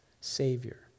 Savior